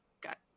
got